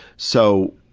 so,